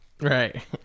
Right